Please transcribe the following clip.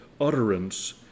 utterance